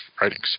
Writings